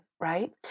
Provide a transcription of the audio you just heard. right